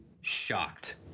shocked